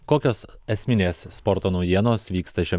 kokios esminės sporto naujienos vyksta šiuo